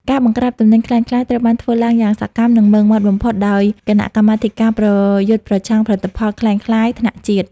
ការបង្ក្រាបទំនិញក្លែងក្លាយត្រូវបានធ្វើឡើងយ៉ាងសកម្ម និងម៉ឺងម៉ាត់បំផុតដោយ "គណៈកម្មាធិការប្រយុទ្ធប្រឆាំងផលិតផលក្លែងក្លាយ" ថ្នាក់ជាតិ។